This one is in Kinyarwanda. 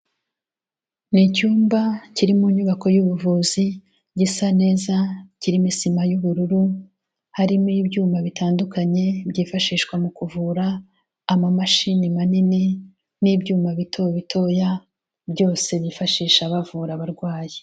Ni icyumba kiri mu nyubako y'ubuvuzi gisa neza kirimo isima y'ubururu, harimo ibyuma bitandukanye, byifashishwa mu kuvura amamashini manini n'ibyuma bito bitoya, byose bifashisha bavura abarwayi.